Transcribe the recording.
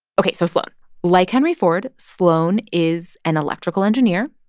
ok, so sloan like henry ford, sloan is an electrical engineer.